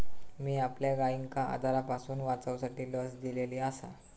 मी आपल्या गायिंका आजारांपासून वाचवूसाठी लस दिलेली आसा